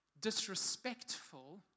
disrespectful